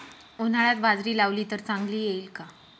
उन्हाळ्यात बाजरी लावली तर चांगली येईल का?